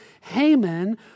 Haman